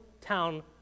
town